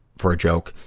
for a joke,